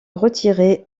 retirer